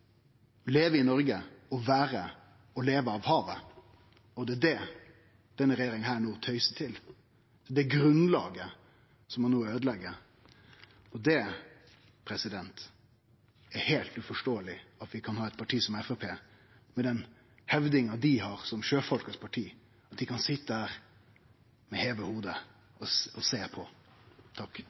i Noreg og leve av havet. Det er det denne regjeringa no tøyser til, det er det grunnlaget som ein no øydelegg. Det er heilt uforståeleg at vi kan ha eit parti som Framstegspartiet, at dei med deira framheving av at dei er sjøfolkas parti, kan sitje her med heva hovud og